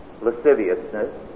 lasciviousness